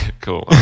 Cool